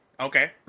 Okay